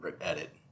edit